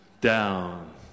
down